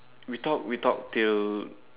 we talked we talked till